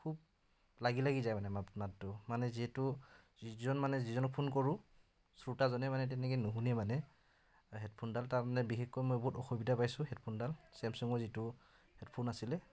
খুব লাগি লাগি যায় মানে মাত মাতটো মানে যিহেতু যিজন মানে যিজনক ফোন কৰোঁ শ্ৰোতাজনে মানে তেনেকৈ নুশুনে মানে হে'ডফোনডাল তাৰমানে বিশেষকৈ মই বহুত অসুবিধা পাইছোঁ হে'ডফোনডাল ছেমছুঙৰ যিটো হে'ডফোন আছিলে